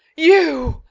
you!